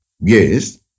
Yes